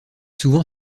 souvent